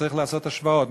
צריך לעשות השוואות,